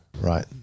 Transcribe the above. right